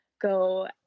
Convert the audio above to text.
go